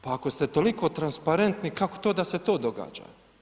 Pa ako ste toliko transparenti, kako to da se to događa?